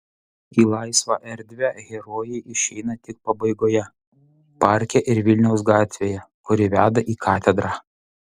į laisvą erdvę herojai išeina tik pabaigoje parke ir vilniaus gatvėje kuri veda į katedrą